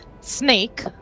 Snake